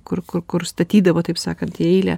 kur kur kur statydavo taip sakant į eilę